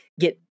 get